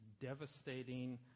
devastating